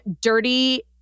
dirty